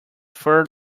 fur